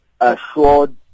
assured